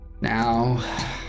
Now